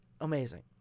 amazing